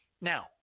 Now